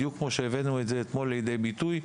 בדיוק כמו שהבאנו את זה לידי ביטוי אתמול,